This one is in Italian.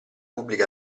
pubblica